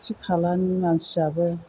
खाथि खालानि मानसियाबो